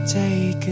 take